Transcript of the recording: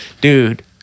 Dude